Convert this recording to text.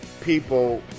people